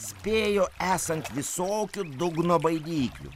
spėjo esant visokių dugno baidyklių